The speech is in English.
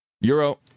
Euro